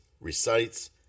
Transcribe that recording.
recites